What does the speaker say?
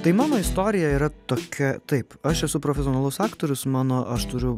tai mano istorija yra tokia taip aš esu profesionalus aktorius mano aš turiu